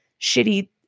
shitty